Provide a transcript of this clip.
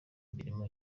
birimo